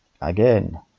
again